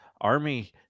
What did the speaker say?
army